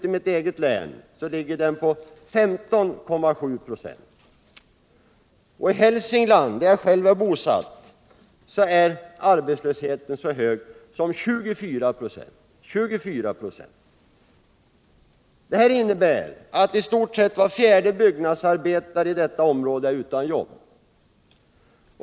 I mitt eget län ligger den på 15,7 ”A, och i Hälsingland, där jag själv är bosatt, är arbetslösheten så hög som 24 4. Det innebär att i stort sett var fjärde byggnadsarbetare i detta område är utan jobb.